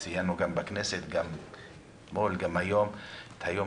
וציינו גם בכנסת אתמול וגם היום את היום